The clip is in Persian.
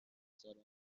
سالم